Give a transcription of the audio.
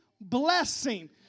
blessing